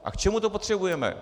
A k čemu to potřebujeme?